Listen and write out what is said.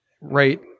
right